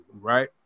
right